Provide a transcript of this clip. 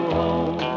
home